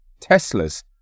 Teslas